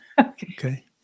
Okay